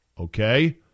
Okay